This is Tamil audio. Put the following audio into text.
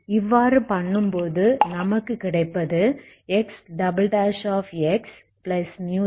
இவ்வாறு பண்ணும்போது நமக்கு கிடைப்பது Xx2 Xx0